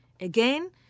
again